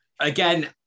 Again